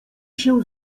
się